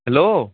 hello